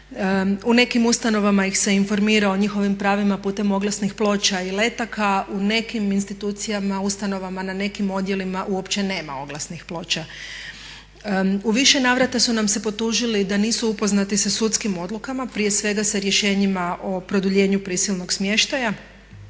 U nekim ustanovama ih se informira o njihovim pravima putem oglasnih ploča i letaka, u nekim institucijama, ustanovama na nekim odjelima uopće nema oglasnih ploča. U više navrata su nam se potužili da nisu upoznati sa sudskim odlukama, prije svega sa rješenjima o produljenju prisilnog smještaja.